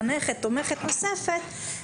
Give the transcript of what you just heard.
אני